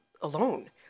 alone